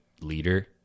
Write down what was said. leader